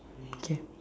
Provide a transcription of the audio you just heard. okay